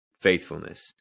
faithfulness